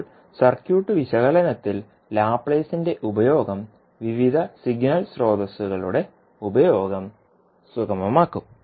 ഇപ്പോൾ സർക്യൂട്ട് വിശകലനത്തിൽ ലാപ്ലേസിന്റെ ഉപയോഗം വിവിധ സിഗ്നൽ സ്രോതസ്സുകളുടെ ഉപയോഗം സുഗമമാക്കും